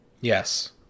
Yes